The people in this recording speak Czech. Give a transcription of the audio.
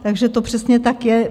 Takže to přesně tak je.